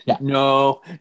No